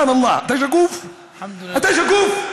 (אומר בערבית: השבח לאל.) אתה שקוף?